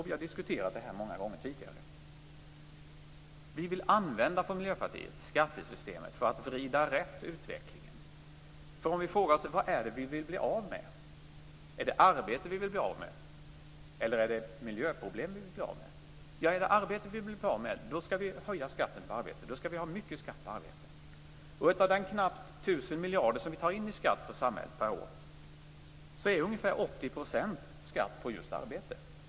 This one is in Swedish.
Vi har diskuterat detta många gånger tidigare här. Vi i Miljöpartiet vill använda skattesystemet för att vrida utvecklingen rätt. Vi kan fråga oss vad det är vi vill bli av med. Är det arbete vi vill bli av med, eller är det miljöproblem vi vill bli av med? Är det arbete vi vill bli av med, då skall vi höja skatten på arbete. Då skall vi ha mycket skatt på arbete. Av de knappt tusen miljarder som vi tar in i skatt på samhället per år utgör ungefär 80 % skatt på just arbete.